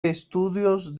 estudios